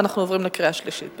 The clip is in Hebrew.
ואנחנו עוברים לקריאה שלישית.